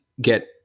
get –